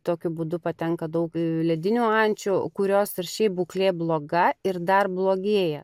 tokiu būdu patenka daug ledinių ančių kurios ir šiaip būklė bloga ir dar blogėja